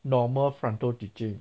normal frontal teaching